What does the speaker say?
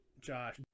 Josh